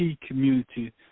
community